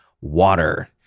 water